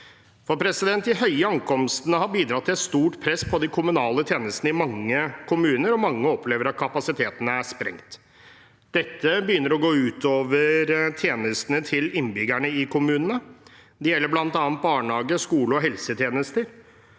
integreringsarbeidet De høye ankomstene har bidratt til et stort press på de kommunale tjenestene i mange kommuner, og mange opplever at kapasiteten er sprengt. Dette begynner å gå ut over tjenestene til innbyggerne i kommunene. Det gjelder bl.a. barnehage, skole og helsetjenester.